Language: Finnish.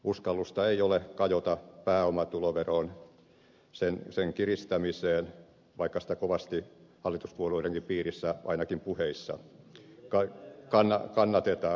uskallusta ei ole kajota pääomatuloveroon sen kiristämiseen vaikka sitä kovasti hallituspuolueidenkin piirissä ainakin puheissa kannatetaan